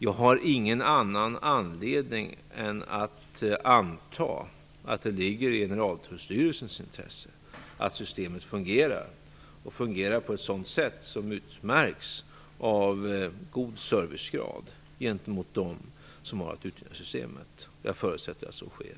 Jag har ingen anledning att anta något annat än att det ligger i Generaltullstyrelsens intresse att systemet fungerar på ett sådant sätt som utmärks av god servicegrad gentemot de som har att utnyttja systemet. Jag förutsätter att så sker.